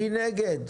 מי נגד?